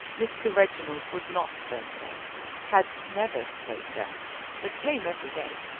mr. reginald was not staying there had never stayed there but came every day.